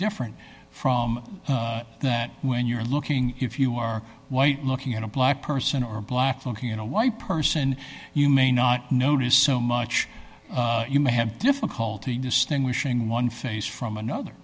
different from that when you're looking if you are white looking at a black person or black looking at a white person you may not notice so much you may have difficulty distinguishing one face from another